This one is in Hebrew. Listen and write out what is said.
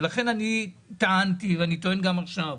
אני טענתי, ואני טוען גם עכשיו,